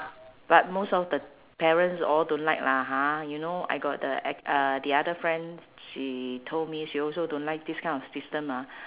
but most of the parents all don't like lah ha you know I got the a~ uh the other friend she told me she also don't like this kind of system ah